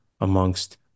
amongst